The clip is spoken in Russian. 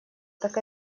так